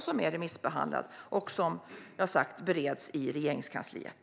Den är remissbehandlad och, som jag sagt, bereds i Regeringskansliet.